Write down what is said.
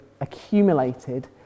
accumulated